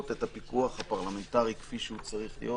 את הפיקוח הפרלמנטרי כפי שהוא צריך להיות,